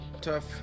Tough